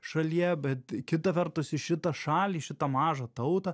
šalyje bet kita vertus į šitą šalį šitą mažą tautą